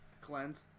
Cleanse